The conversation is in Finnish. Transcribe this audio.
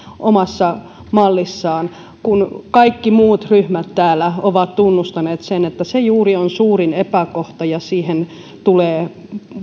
omassa mallissaan kun kaikki muut ryhmät täällä ovat tunnustaneet sen että se juuri on suurin epäkohta ja siihen tulee